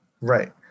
Right